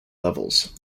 levels